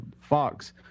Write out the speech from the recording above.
fox